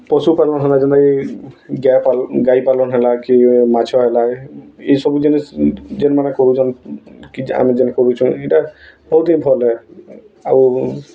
ପଶୁପାଲନ୍ ହେଲା ଯେନ୍ତାକି ଗାଏ ଗାଇ ପାଳନ୍ ହେଲା କି ମାଛ ହେଲା ଇ ସବୁ ଜିନିଷ୍ ଯେନ୍ମାନେ କରୁଛନ୍ କି ଆମେ ଜେନ୍ କରୁଚୁଁ ଇଟା ବହୁତ୍ ହି ଭଲ୍ ଏ ଆଉ